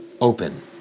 open